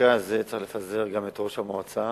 שבמקרה הזה צריך להדיח גם את ראש המועצה